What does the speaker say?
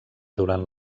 durant